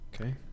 Okay